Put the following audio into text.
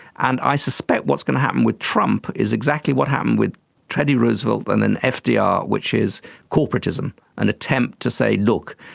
and i suspect what's going to happen with trump is exactly what happened with teddy roosevelt and then fdr, which is corporatism, an attempt to say, look,